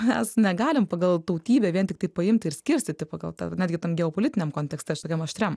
mes negalim pagal tautybę vien tiktai paimti ir skirstyti pagal tą netgi tam geopolitiniam kontekste šitokiam aštriam